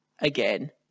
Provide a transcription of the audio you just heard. again